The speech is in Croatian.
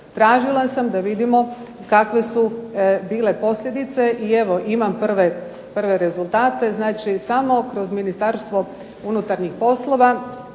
Tražila sam da vidimo kakve su bile posljedice. I evo, imam prve rezultate. Znači, samo kroz Ministarstvo unutarnjih poslova